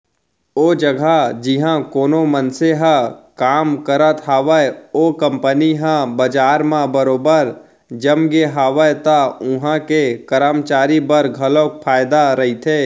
ओ जघा जिहाँ कोनो मनसे ह काम करत हावय ओ कंपनी ह बजार म बरोबर जमगे हावय त उहां के करमचारी बर घलोक फायदा रहिथे